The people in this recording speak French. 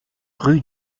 rue